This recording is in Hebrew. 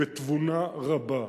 בתבונה רבה.